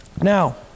Now